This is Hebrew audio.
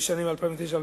(תיקוני חקיקה ליישום התוכנית הכלכלית לשנים 2009 ו-2010),